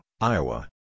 Iowa